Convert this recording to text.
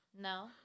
No